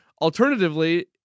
Alternatively